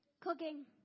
Cooking